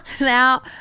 Now